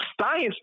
Science